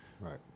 Right